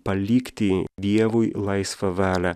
palikti dievui laisvą valią